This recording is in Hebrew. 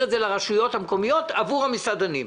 את זה לרשויות המקומיות עבור המסעדנים.